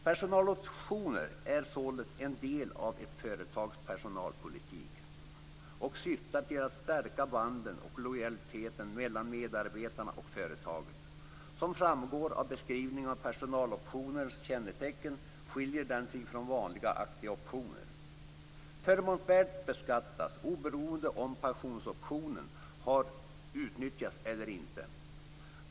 Personaloptionen är således en del av ett företags personalpolitik och syftar till att stärka banden och lojaliteten mellan medarbetarna och företaget. Som framgår av beskrivningen av personaloptionens kännetecken skiljer den sig från vanliga aktieoptioner. Förmånsvärdet beskattas oberoende av om personaloptionen har utnyttjats eller inte.